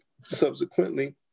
subsequently